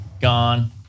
gone